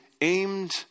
aimed